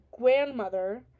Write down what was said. grandmother